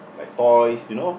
like toys you know